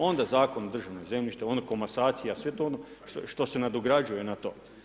Onda Zakon o državnom zemljištu, onda komasacija, sve to ono što se nadograđuje na to.